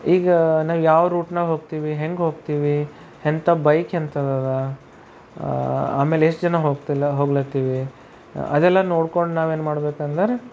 ಈಗ ನಾವು ಯಾವ ರೂಟ್ನಾಗ ಹೋಗ್ತೀವಿ ಹೇಗೆ ಹೋಗ್ತೀವಿ ಎಂಥ ಬೈಕ್ ಎಂಥದಿದೆ ಆಮೇಲೆ ಎಷ್ಟು ಜನ ಹೋಗ್ತಿಲ್ಲ ಹೋಗ್ಲತ್ತೀವಿ ಅದೆಲ್ಲ ನೋಡಿಕೊಂಡು ನಾವೇನು ಮಾಡಬೇಕೆಂದರೆ